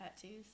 tattoos